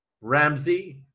Ramsey